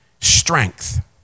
strength